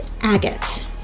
agate